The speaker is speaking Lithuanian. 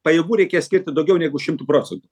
pajėgų reikės skirti daugiau negu šimtu procentų